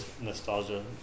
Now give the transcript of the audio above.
nostalgia